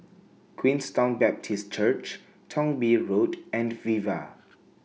Queenstown Baptist Church Thong Bee Road and Viva